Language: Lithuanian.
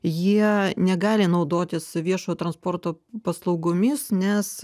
jie negali naudotis viešojo transporto paslaugomis nes